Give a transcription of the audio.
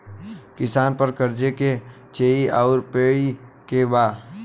किसान पर क़र्ज़े के श्रेइ आउर पेई के बा?